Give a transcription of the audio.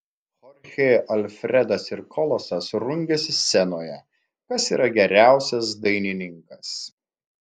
chorchė alfredas ir kolosas rungiasi scenoje kas yra geriausias dainininkas